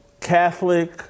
Catholic